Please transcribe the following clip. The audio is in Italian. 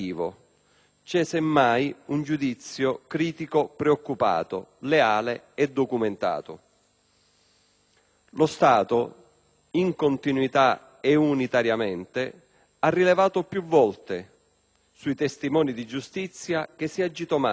c'è semmai un giudizio critico preoccupato, leale e documentato. Lo Stato, in continuità e unitariamente, ha rilevato più volte che sui testimoni di giustizia si è agito male,